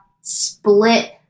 split